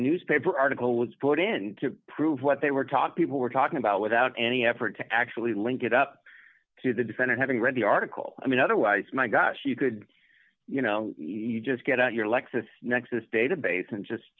newspaper article was brought in to prove what they were talk to people were talking about without any effort to actually link it up to the defendant having read the article i mean otherwise my gosh you could you know you just get out your lexis nexis database and just